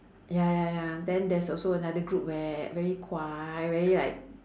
ya ya ya then there's also another group where very guai very like